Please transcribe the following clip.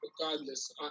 regardless